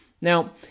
Now